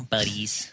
Buddies